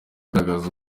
agaragaza